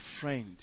friend